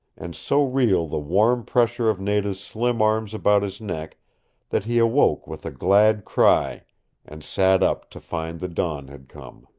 and so real the warm pressure of nada's slim arms about his neck that he awoke with a glad cry and sat up to find the dawn had come.